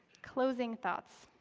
closing thoughts.